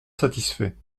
satisfait